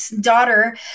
daughter